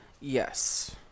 Yes